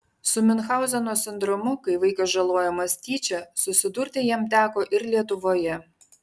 su miunchauzeno sindromu kai vaikas žalojamas tyčia susidurti jam teko ir lietuvoje